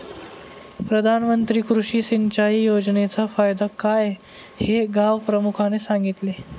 प्रधानमंत्री कृषी सिंचाई योजनेचा फायदा काय हे गावप्रमुखाने सांगितले